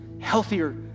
healthier